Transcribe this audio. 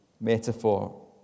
metaphor